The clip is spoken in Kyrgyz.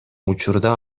учурда